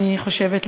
אני חושבת,